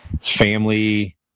family